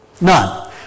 None